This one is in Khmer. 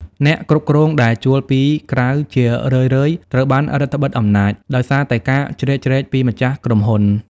អ្នកគ្រប់គ្រងដែលជួលពីក្រៅជារឿយៗត្រូវបានរឹតត្បិតអំណាច ដោយសារតែការជ្រៀតជ្រែកពីម្ចាស់ក្រុមហ៊ុន។